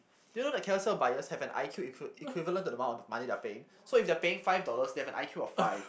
do you know that Carousell buyers have an I_Q equivalent to the amount of money they're paying so if they're paying five dollars they have an I_Q of five